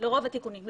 לרוב התיקונים.